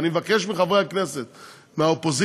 ואני מבקש מחברי הכנסת מהאופוזיציה,